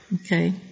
Okay